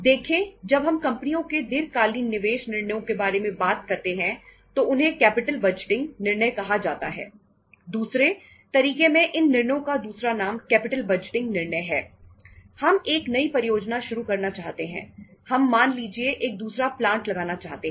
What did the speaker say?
देखें जब हम कंपनियों के दीर्घकालीन निवेश निर्णयो के बारे में बात करते हैं तो उन्हें कैपिटल बजटिंग लगाना चाहते हैं